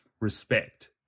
respect